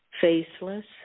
faceless